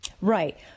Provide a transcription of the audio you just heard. Right